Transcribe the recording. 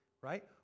Right